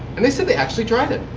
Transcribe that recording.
and they said they actually drive it.